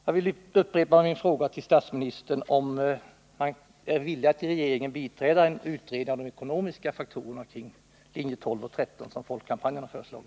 Jag vill upprepa min fråga till statsministern, om han är villig att i regeringen biträda det av folkkampanjen framlagda förslaget om en utredning om de ekonomiska faktorerna i det fall 12 eller 13 reaktorer byggs.